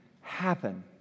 happen